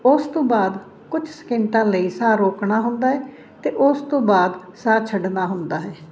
ਉਸ ਤੋਂ ਬਾਅਦ ਕੁਛ ਸਕਿੰਟਾਂ ਲਈ ਸਾਹ ਰੋਕਣਾ ਹੁੰਦਾ ਅਤੇ ਉਸ ਤੋਂ ਬਾਅਦ ਸਾਹ ਛੱਡਣਾ ਹੁੰਦਾ ਹੈ